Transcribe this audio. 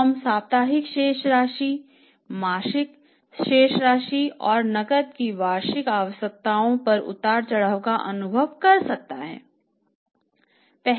firm साप्ताहिक शेष राशि मासिक शेष राशि या नकद की वार्षिक आवश्यकताओं में उतार चढ़ाव का अनुभव कर सकता है